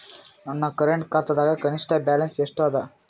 ನನ್ನ ಕರೆಂಟ್ ಖಾತಾದಾಗ ಕನಿಷ್ಠ ಬ್ಯಾಲೆನ್ಸ್ ಎಷ್ಟು ಅದ